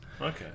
okay